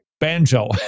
Banjo